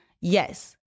yes